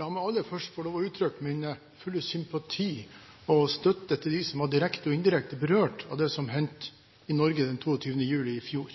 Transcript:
La meg aller først få lov til å uttrykke min fulle sympati og støtte til dem som ble direkte og indirekte berørt av det som hendte i Norge den 22. juli i fjor.